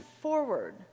forward